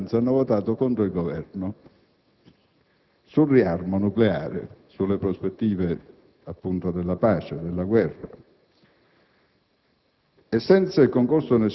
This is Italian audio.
Comuni appartenenti alla maggioranza hanno votato contro il Governo sul riarmo nucleare, sulle prospettive, appunto, della pace e della guerra.